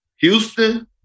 Houston